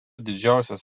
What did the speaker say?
didžiausias